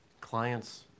Clients